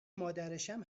مادرشم